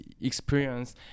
experience